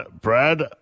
Brad